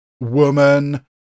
woman